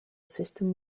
system